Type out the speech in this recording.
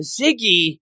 Ziggy